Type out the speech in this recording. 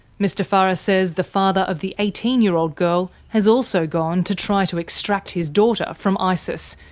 mr farah says the father of the eighteen year old girl has also gone to try to extract his daughter from isis,